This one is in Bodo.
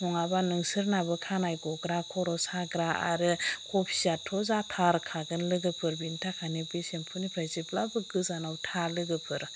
नङाबा नोंसोरनाबो खानाइ ग'ग्रा खर' साग्रा आरो खावफियाथ' जाथारखागोन लोगोफोर बेनिथाखायनो बे सेम्पुनिफ्राय जेब्लाबो गोजानाव था लोगोफोर